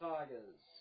Tigers